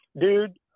dude